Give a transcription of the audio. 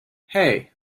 hey